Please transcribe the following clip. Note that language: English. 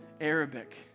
Arabic